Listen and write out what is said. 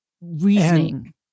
reasoning